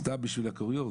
סתם בשביל הקוריוז